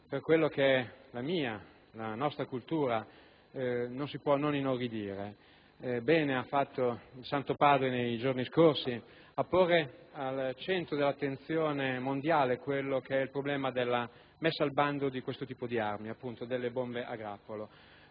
per quella che è la mia, la nostra cultura, non si può non inorridire. Bene ha fatto il Santo Padre a porre nei giorni scorsi al centro dell'attenzione mondiale il problema della messa al bando di questo tipo di armi, appunto delle bombe a grappolo.